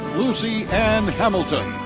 lucy anne hamilton.